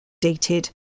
dated